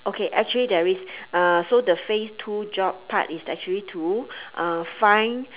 okay actually there is uh so the phase two job part is actually to uh find